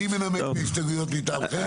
מי מנמק את ההסתייגויות מטעמכם?